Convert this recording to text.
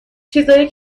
چیزای